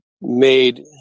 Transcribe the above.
made